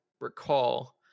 recall